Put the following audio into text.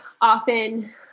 often